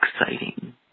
exciting